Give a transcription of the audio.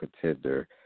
contender